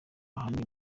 ahanini